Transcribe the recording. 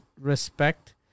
respect